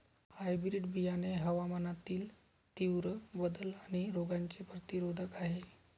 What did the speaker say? hybrid बियाणे हवामानातील तीव्र बदल आणि रोगांचे प्रतिरोधक आहे